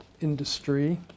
industry